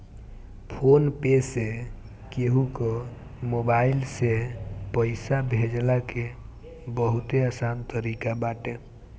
phone पे से केहू कअ मोबाइल नंबर से पईसा भेजला के बहुते आसान तरीका बाटे